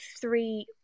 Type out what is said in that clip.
three